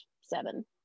seven